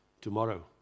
tomorrow